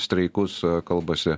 streikus kalbasi